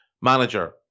manager